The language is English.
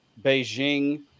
Beijing